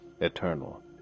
eternal